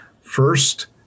first